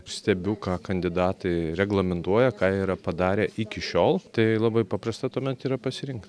stebiu ką kandidatai reglamentuoja ką yra padarę iki šiol tai labai paprasta tuomet yra pasirinkt